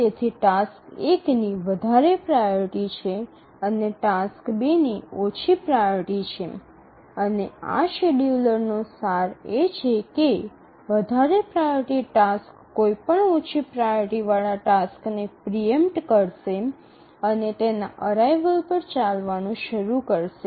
તેથી ટાસ્ક ૧ ની વધારે પ્રાઓરિટી છે અને ટાસ્ક ૨ ની ઓછી પ્રાઓરિટી છે અને આ શેડ્યૂલરનો સાર એ છે કે વધારે પ્રાઓરિટી ટાસ્ક કોઈપણ ઓછી પ્રાઓરિટી વાળા ટાસ્કને પ્રિ ઈમ્પટ કરશે અને તેના અરાઇવલ પર ચાલવાનું શરૂ કરશે